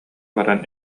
баран